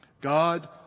God